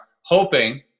hoping